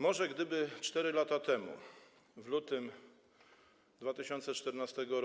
Może gdyby 4 lata temu, w lutym 2014 r.,